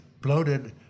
bloated